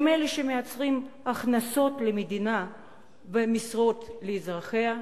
הם אלה שמייצרים הכנסות למדינה ומשרות לאזרחיה,